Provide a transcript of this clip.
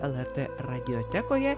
lrt radiotekoje